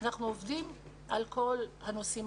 על כל הנושאים